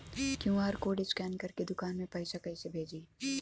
QR code scan करके दुकान में पैसा कइसे भेजी?